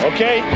Okay